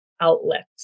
outlet